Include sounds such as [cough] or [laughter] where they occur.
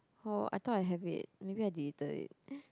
oh I thought I have it maybe I deleted it [noise]